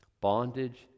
bondage